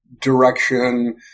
direction